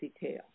detail